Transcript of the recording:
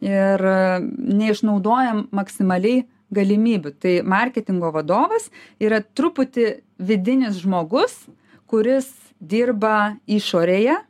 ir neišnaudojam maksimaliai galimybių tai marketingo vadovas yra truputį vidinis žmogus kuris dirba išorėje